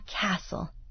castle